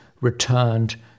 returned